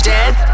Dead